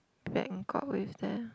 Bangkok with them